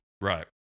right